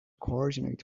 coordinate